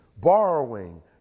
borrowing